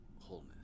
wholeness